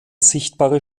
sichtbare